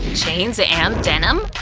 chains ah and denim?